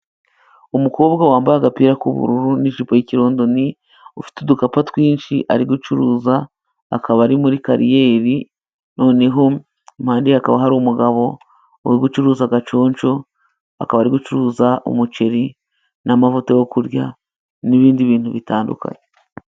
Umukobwa wambaye agapira k'ubururu n'ijipo y'ikirondoni, ufite udukapu twinshi ari gucuruza akaba ari muri kariyeri noneho impandeye, hakaba hari umugabo uri gucuruza agaconsho, akaba ari gucuruza umuceri n'amavuta yo kurya n'ibindi bintu bitandukanye.